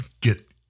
get